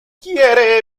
quiere